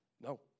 No